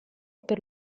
per